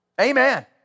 Amen